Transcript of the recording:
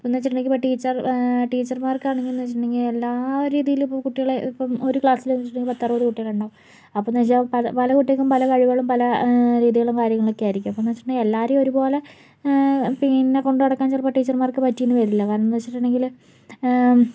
ഇപ്പോൾ എന്ന് വെച്ചിട്ടുണ്ടെങ്കിൽ ഇപ്പോൾ ടീച്ചർ ടീച്ചർമാർക്ക് ആണെങ്കിൽ എന്ന് വെച്ചിട്ടുണ്ടെങ്കിൽ എല്ലാ രീതിയിലും ഇപ്പോൾ കുട്ടികളെ ഇപ്പോൾ ഒരു ക്ലാസില് എന്ന് വെച്ചിട്ടുണ്ടെങ്കിൽ പത്തറുപത് കുട്ടികളുണ്ടാവും അപ്പോഴെന്ന് വെച്ചാൽ പല പല കുട്ടിക്കും പല കഴിവുകളും പല രീതികളും കാര്യങ്ങളും ഒക്കെയായിരിക്കും അപ്പോഴെന്ന് വെച്ചിട്ടുണ്ടെങ്കിൽ എല്ലാവരും ഒരുപോലെ പിന്നെ കൊണ്ടുനടക്കാൻ ചിലപ്പോൾ ടീച്ചർമാർക്ക് പറ്റിയെന്ന് വരില്ല കാരണം എന്ന് വെച്ചിട്ടുണ്ടെങ്കിൽ